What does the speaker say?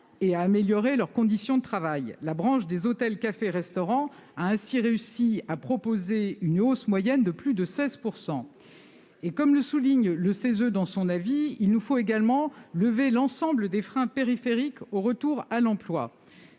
et à améliorer leurs conditions de travail. La branche des hôtels, cafés, restaurants a ainsi réussi à proposer une hausse moyenne des salaires de plus de 16 %. Comme le souligne le CESE dans son avis, il nous faut aussi lever l'ensemble des freins périphériques au retour à l'emploi.